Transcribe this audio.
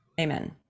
amen